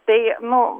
tai nu